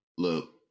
Look